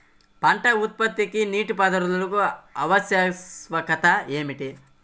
పంట ఉత్పత్తికి నీటిపారుదల ఆవశ్యకత ఏమిటీ?